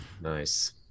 nice